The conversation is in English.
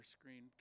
screen